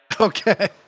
Okay